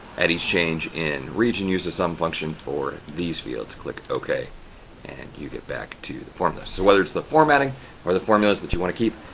at each change in region use the sum function for these fields, click ok and you get back to the formulas. so whether it's the formatting or the formulas that you want to keep,